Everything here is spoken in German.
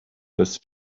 das